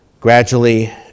gradually